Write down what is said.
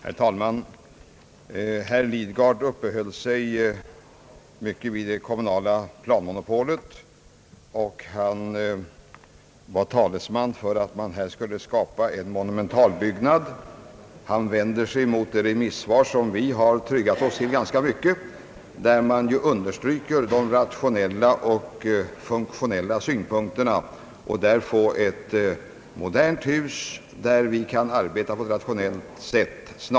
Herr talman! Herr Lidgard uppehöll sig mycket vid det kommunala planmonopolet och talade för att man borde skapa en monumentalbyggnad. Han vände sig mot det remissvar som vi i stor utsträckning har tytt oss till, i vilket man understryker de rationella och funktionella synpunkterna för ett modernt hus där vi kan arbeta på ett rationellt sätt.